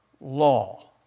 law